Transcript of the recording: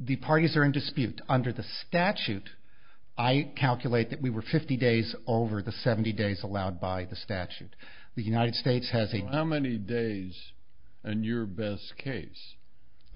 the parties are in dispute under the statute i calculate that we were fifty days over the seventy days allowed by the statute the united states has a now many days and your best case